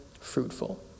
fruitful